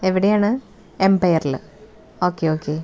എവിടെയാണ് എമ്പയറിൽ okay okay